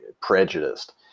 prejudiced